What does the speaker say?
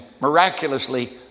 miraculously